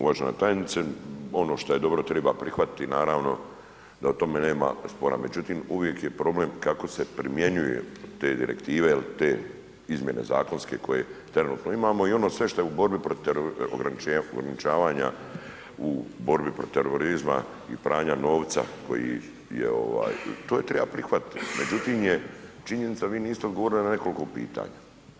Uvažena tajnice, ono šta je dobro treba prihvatiti naravno da o tome nema spora, međutim uvijek je problem kako se primjenjuje te direktive ili te izmjene zakonske koje trenutno imamo i ono sve što je u borbi protiv ograničavanja u borbi protiv terorizma i pranja novca koji je, to treba prihvatiti međutim je činjenica da vi niste odgovorili na nekoliko pitanja.